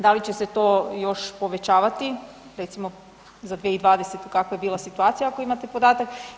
Da li će se to još povećavati recimo za 2020. kakva je bila situacija ako imate podatak.